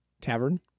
tavern